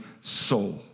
soul